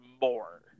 more